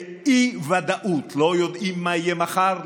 באי-ודאות: לא יודעים מה יהיה מחר,